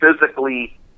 physically